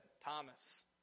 Thomas